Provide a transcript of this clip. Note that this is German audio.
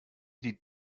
die